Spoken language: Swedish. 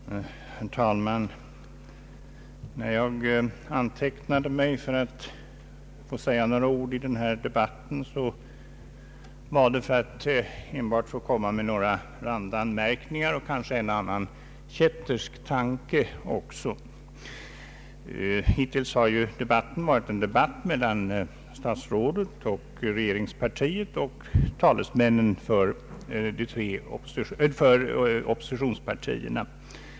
Herr talman! När jag antecknade mig till denna debatt var det enbart för att få komma med några randanmärkningar och kanske en och annan kättersk tanke. Hittills har debatten förts mellan statsrådet, regeringspartiets utskottsrepresentant och talesmännen för oppositionspartierna.